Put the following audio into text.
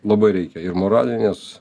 labai reikia ir moralinės